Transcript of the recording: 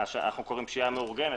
מה שאנחנו קוראים פשיעה מאורגנת,